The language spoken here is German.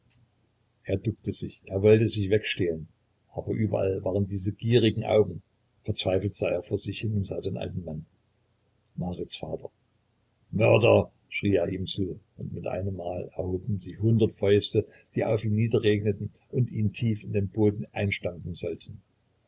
er duckte sich er wollte sich wegstehlen aber überall waren diese gierigen augen verzweifelt sah er vor sich hin und sah den alten mann marits vater mörder schrie er ihm zu und mit einem mal erhoben sich hundert fäuste die auf ihn niederregnen und ihn tief in den boden einstampfen sollten